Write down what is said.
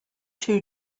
two